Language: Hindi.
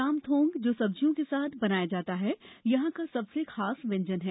चामथोंग जो सब्जियों के साथ बनाया जाता है यहां का सबसे खास व्यंजन है